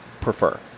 prefer